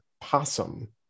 possum